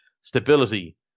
stability